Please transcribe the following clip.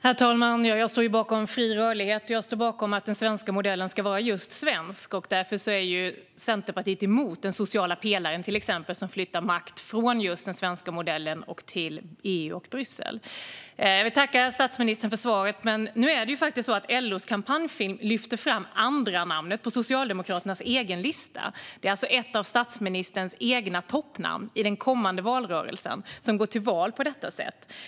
Herr talman! Jag står bakom fri rörlighet. Jag står bakom att den svenska modellen ska vara just svensk. Därför är Centerpartiet emot till exempel den sociala pelaren, som flyttar makt från den svenska modellen till EU och Bryssel. Jag vill tacka statsministern för svaret, men nu är det ju faktiskt så att LO:s kampanjfilm lyfter fram andranamnet på Socialdemokraternas egen lista. Det är alltså ett av statsministerns egna toppnamn i den kommande valrörelsen som går till val på detta sätt.